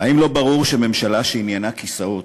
האם לא ברור שממשלה שעניינה כיסאות,